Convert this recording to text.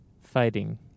fighting